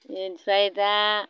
इनिफ्राय दा